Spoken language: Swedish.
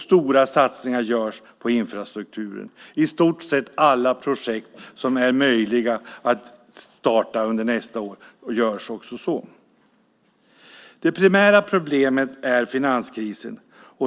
Stora satsningar görs på infrastrukturen. I stort sett alla projekt som är möjliga att starta under nästa år startas också. Det primära problemet är finanskrisen.